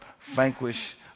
vanquish